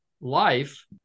life